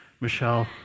Michelle